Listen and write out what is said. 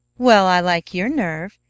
well, i like your nerve!